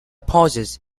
pauses